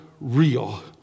real